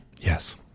Yes